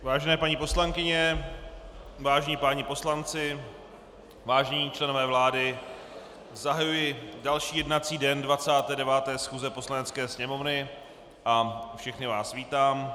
Vážené paní poslankyně, vážení páni poslanci, vážení členové vlády, zahajuji další jednací den 29. schůze Poslanecké sněmovny a všechny vás vítám.